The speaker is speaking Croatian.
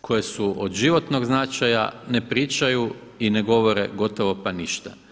koje su od životnog značaja ne pričaju i ne govore gotovo pa ništa.